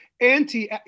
anti